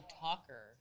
talker